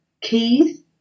keys